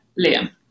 Liam